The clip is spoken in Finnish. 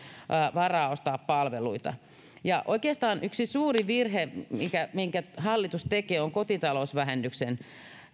varaa ostaa palveluita ja oikeastaan yksi suuri virhe minkä hallitus tekee on kotitalousvähennyksen